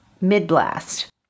mid-blast